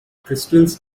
crystals